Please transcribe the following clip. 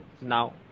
now